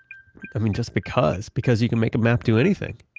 i mean, just because. because you can make a map do anything!